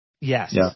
Yes